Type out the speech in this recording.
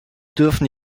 dürfen